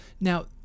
Now